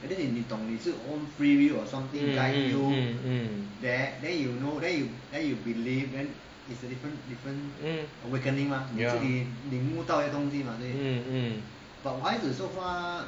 mm mm mm mm mm ya mm mm